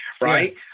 right